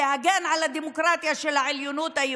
להגן על העליונות של הדמוקרטיה היהודית,